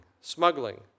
smuggling